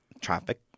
traffic